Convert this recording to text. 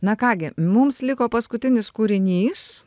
na ką gi mums liko paskutinis kūrinys